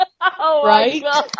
Right